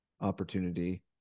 opportunity